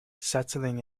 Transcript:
settling